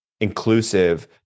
inclusive